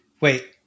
Wait